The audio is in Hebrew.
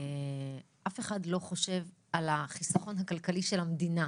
אף אחד לא חושב על החיסכון הכלכלי של המדינה.